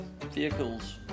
vehicles